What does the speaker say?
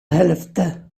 helvete